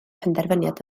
penderfyniad